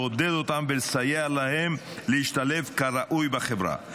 לעודד אותם ולסייע להם להשתלב כראוי בחברה.